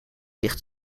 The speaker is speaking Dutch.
ligt